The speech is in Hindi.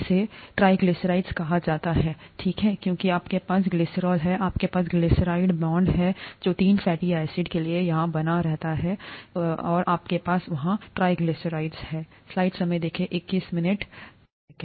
इसे ट्राइग्लिसराइड कहा जाता है ठीक है क्योंकि आपके पास ग्लिसरॉल है आपके पास ग्लिसराइड बांड हैं जो तीन फैटी एसिड के लिए यहां बन रहे हैं और आपके पास वहां ट्राइग्लिसराइड है